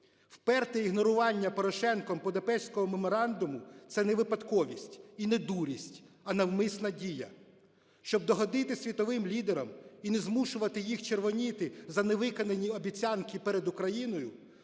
Вперте ігнорування Порошенком Будапештського меморандуму – це не випадковість і не дурість, а навмисна дія, щоб догодити світовим лідерам і не змушувати їх червоніти за невиконані обіцянки перед Україною.